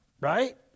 right